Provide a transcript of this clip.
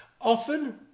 Often